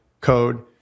code